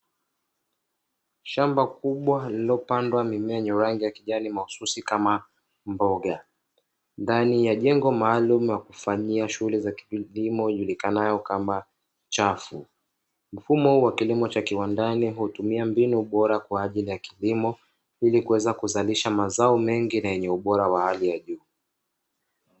Shamba kubwa lililopandwa mimea ya rangi ya kijani mahususi kama mboga, ndani ya jengo maalumu la kufanyia shughuli za kilimo ijulikanayo kama chafu, mfumo huu wa kilimo cha kiwandani hutumia mbinu bora kwa ajili ya kilimo, ili kuweza kuzalisha mazao mengi na yenye ubora wa hali ya juu.